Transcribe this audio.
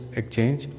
exchange